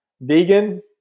vegan –